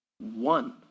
one